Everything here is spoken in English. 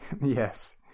Yes